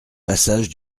passage